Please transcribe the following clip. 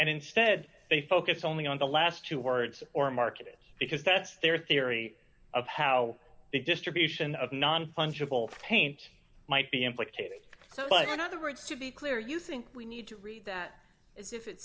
and instead they focus only on the last two words or markets because that's their theory of how the distribution of non fungible paint might be implicated but in other words to be clear you think we need to read that as if it